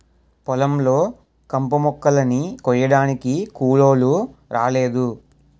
పొలం లో కంపుమొక్కలని కొయ్యడానికి కూలోలు రాలేదు